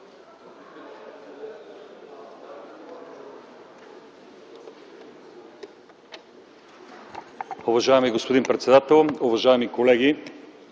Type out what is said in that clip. Уважаеми господин председател, уважаеми колеги!